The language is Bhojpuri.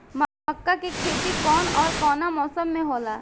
मका के खेती कब ओर कवना मौसम में होला?